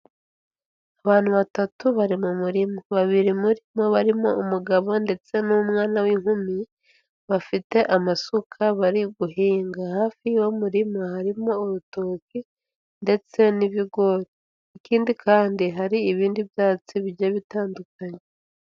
Abantu batatu bari mu murima, babiri muri bo barimo umugabo ndetse n'umwana w'inkumi bafite amasuka bari guhinga, hafi y'uwo murima harimo urutoki ndetse n'ibigori, ikindi kandi hari ibindi byatsi bigiye bitandukanye.